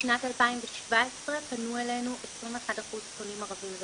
בשנת 2017 פנו אלינו 21% פונים ערבים,